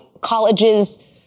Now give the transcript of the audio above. colleges